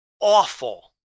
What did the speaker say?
awful